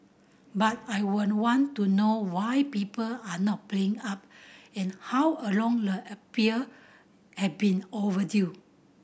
but I would want to know why people are not paying up and how a long the appear have been overdue